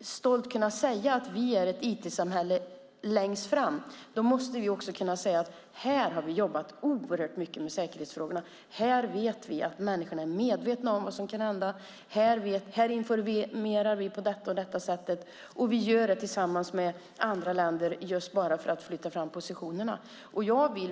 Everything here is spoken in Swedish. stolt ska kunna säga att Sverige är ett IT-samhället längst fram måste vi politiker kunna säga att vi har jobbat oerhört mycket med säkerhetsfrågorna och att vi vet att människor är medvetna om vad som kan hända och att vi informerar tillsammans med andra länder för att flytta fram positionerna.